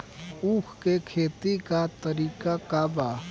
उख के खेती का तरीका का बा?